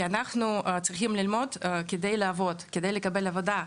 אנחנו צריכים ללמוד כדי לעבוד, כדי לקבל עבודה.